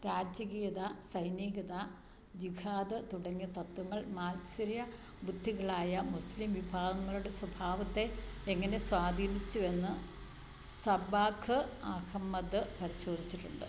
രാജകീയത സൈനികത ജിഹാദ് തുടങ്ങിയ തത്വങ്ങൾ മാത്സര്യ ബുദ്ധികളായ മുസ്ലീം വിഭാഗങ്ങളുടെ സ്വഭാവത്തെ എങ്ങനെ സ്വാധീനിച്ചു എന്ന് സബ്ബാഖ് അഹമ്മദ് പരിശോധിച്ചിട്ടുണ്ട്